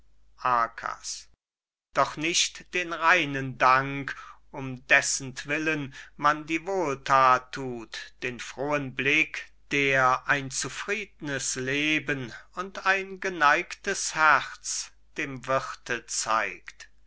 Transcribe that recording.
doch nicht den reinen dank um dessentwillen man die wohlthat thut den frohen blick der ein zufriednes leben und ein geneigtes herz dem wirthe zeigt